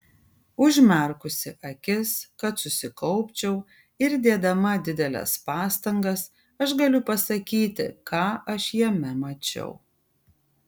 užmerkusi akis kad susikaupčiau ir dėdama dideles pastangas aš galiu pasakyti ką aš jame mačiau